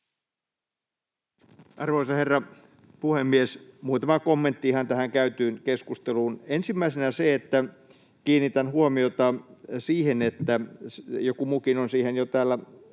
Arvoisa herra puhemies! Ihan muutama kommentti tähän käytyyn keskusteluun: Ensimmäisenä se, että kiinnitän huomiota siihen — joku muukin on siihen jo täällä